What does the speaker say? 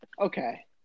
Okay